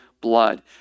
blood